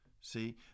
See